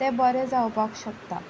तें बरें जावपाक शकता